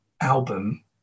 album